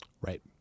right